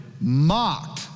mocked